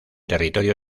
territorio